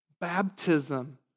baptism